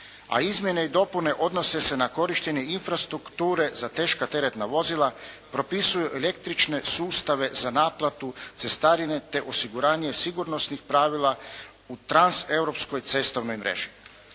a izmjene i dopune odnose se na korištenje infrastrukture za teška teretna vozila propisuju električne sustave za naplatu cestarine te osiguranje sigurnosnih pravila u transeuropskoj cestovnoj mreži.